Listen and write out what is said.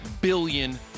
billion